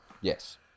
yes